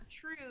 true